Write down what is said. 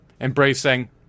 embracing